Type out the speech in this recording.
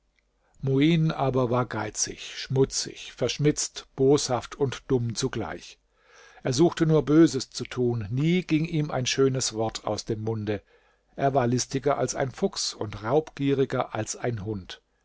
muin aber war geizig schmutzig verschmitzt boshaft und dumm zugleich er suchte nur böses zu tun nie ging ihm ein schönes wort aus dem munde er war listiger als ein fuchs und raubgieriger als ein hund